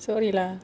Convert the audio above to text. sorry lah